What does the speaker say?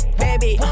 baby